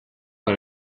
por